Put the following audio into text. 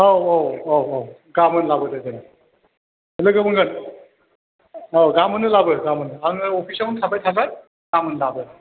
औ औ गाबोन लाबोदो दे लोगो मोनगोन औ गाबोननो लाबो गाबोननो आङो अफिसावनो थाबाय थागोन गाबोन लाबो